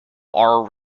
are